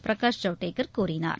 பிரகாஷ் ஜவ்டேகள் கூறினார்